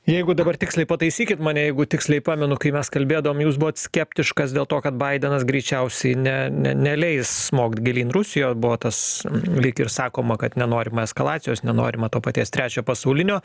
jeigu dabar tiksliai pataisykit mane jeigu tiksliai pamenu kai mes kalbėdavom jūs buvot skeptiškas dėl to kad baidenas greičiausiai ne ne neleis smogt gilyn rusijo buo tas lyg ir sakoma kad nenorima eskalacijos nenorima to paties trečio pasaulinio